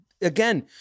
again